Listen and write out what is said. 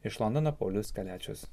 iš londono paulius kaliačius